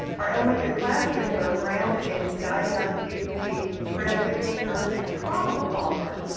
our elementary classrooms are grounded in guiding our students to be productive thinkers and problem solvers.